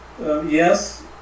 yes